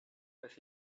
with